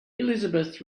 elizabeth